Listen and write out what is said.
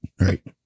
right